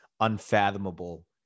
Unfathomable